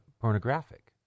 pornographic